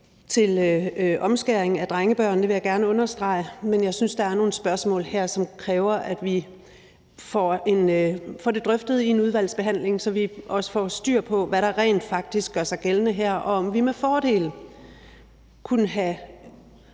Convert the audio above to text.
til omskæring af drengebørn, det vil jeg gerne understrege. Men jeg synes, der er nogle spørgsmål her, som kræver, at vi får det drøftet i en udvalgsbehandling, så vi også får styr på, hvad der rent faktisk gør sig gældende her, og om vi med fordel kunne have